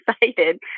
excited